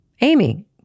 Amy